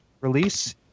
release